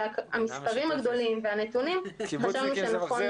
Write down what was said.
בגלל המספרים הגדולים והנתונים חשבנו שנכון